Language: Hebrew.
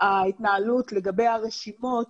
ההתנהלות, לגבי הרשימות,